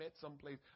someplace